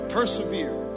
Persevere